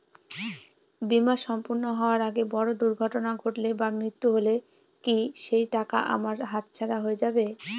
বীমা সম্পূর্ণ হওয়ার আগে বড় দুর্ঘটনা ঘটলে বা মৃত্যু হলে কি সেইটাকা আমার হাতছাড়া হয়ে যাবে?